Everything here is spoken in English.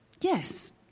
Yes